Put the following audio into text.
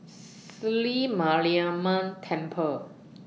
Sri Mariamman Temple